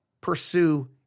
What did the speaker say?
pursue